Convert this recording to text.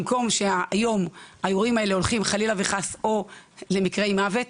במקום כמו היום שהאירועים האלה הולכים חלילה וחס או למקרי מוות,